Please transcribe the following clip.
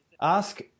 ask